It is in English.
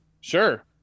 sure